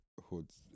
Hoods